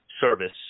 service